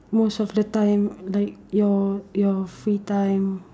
most of the time like your your free time